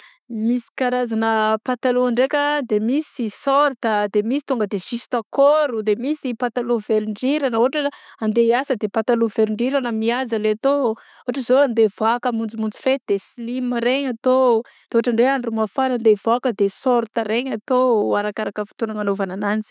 Misy karazagna pataloa ndraika de misy sôrta de misy tonga de zistankôro de misy patalo velondriragna ôhatra hoe andeha iasa de patalo velondriragna mihaja le atao ôtra zao ndeha voaka ndeha amonjimonjy fety de slim regny atao de ôhatra ndray andro mafana andeha vaoka de sôrta regny atao arakaraka fotoagna anagnaovana ananjy.